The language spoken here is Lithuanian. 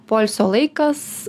poilsio laikas